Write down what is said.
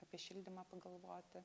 apie šildymą pagalvoti